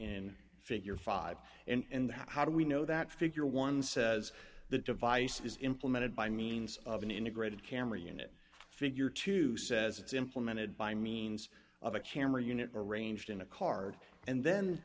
in figure five and that how do we know that figure one says the device is implemented by means of an integrated camera unit figure two says it's implemented by means of a camera unit arranged in a card and then